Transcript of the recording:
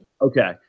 Okay